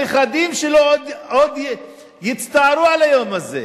הנכדים שלו עוד יצטערו על היום הזה.